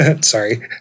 Sorry